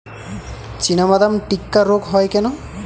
চিনাবাদাম টিক্কা রোগ হয় কেন?